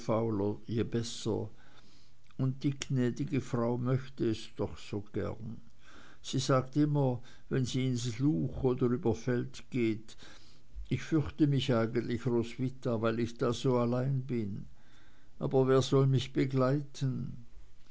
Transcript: und die gnäd'ge frau möchte es doch so gern sie sagt immer wenn sie ins luch oder über feld geht ich fürchte mich eigentlich roswitha weil ich da so allein bin aber wer soll mich begleiten